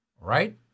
right